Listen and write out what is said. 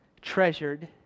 Treasured